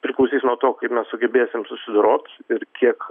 priklausys nuo to kaip mes sugebėsim susidorot ir kiek